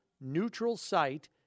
neutral-site